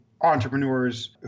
entrepreneurs